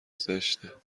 زشته